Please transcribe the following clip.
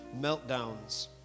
meltdowns